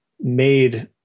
made